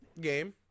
game